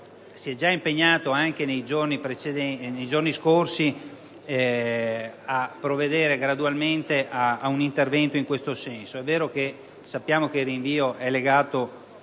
si è già impegnato, nei giorni scorsi, a provvedere gradualmente a un intervento in questo senso.